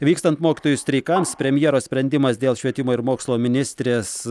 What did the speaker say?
vykstant mokytojų streikams premjero sprendimas dėl švietimo ir mokslo ministrės